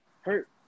hurt